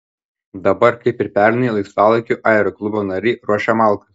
dabar kaip ir pernai laisvalaikiu aeroklubo nariai ruošia malkas